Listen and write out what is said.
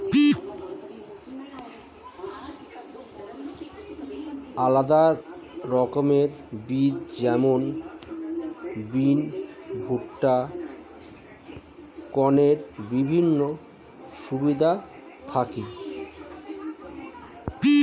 আলাদা রকমের বীজ যেমন বিন, ভুট্টা, কর্নের বিভিন্ন সুবিধা থাকি